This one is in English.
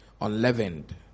unleavened